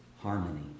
harmony